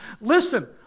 Listen